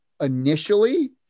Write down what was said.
initially